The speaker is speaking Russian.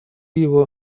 его